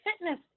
fitness